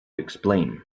explain